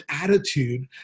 attitude